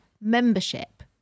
membership